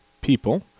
people